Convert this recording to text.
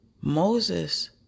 Moses